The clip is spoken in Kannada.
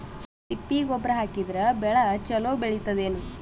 ತಿಪ್ಪಿ ಗೊಬ್ಬರ ಹಾಕಿದರ ಬೆಳ ಚಲೋ ಬೆಳಿತದೇನು?